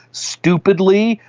stupidly,